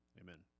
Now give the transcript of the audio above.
Amen